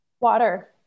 Water